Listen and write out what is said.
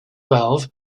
valve